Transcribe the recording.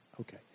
okay